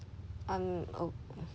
I'm oh